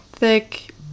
Thick